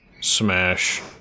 smash